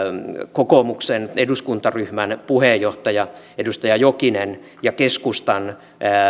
kokoomuksen eduskuntaryhmän puheenjohtaja edustaja jokinen ja keskustan